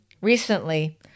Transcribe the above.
recently